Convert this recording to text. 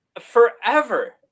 forever